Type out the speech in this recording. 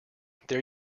there